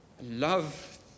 love